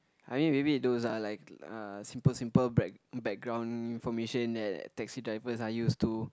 I think maybe it those uh like uh simple simple back background information that taxi drivers are used to